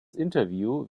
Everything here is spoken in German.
interview